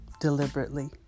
deliberately